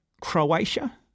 Croatia